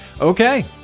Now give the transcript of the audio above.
Okay